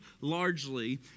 largely